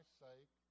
sake